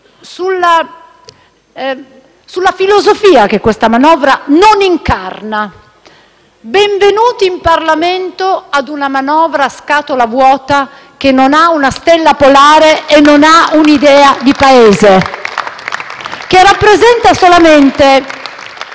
sulla filosofia che questa manovra non incarna. Benvenuti, in Parlamento, a una manovra scatola vuota, che non ha una stella polare e non ha un'idea di Paese *(Applausi